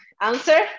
answer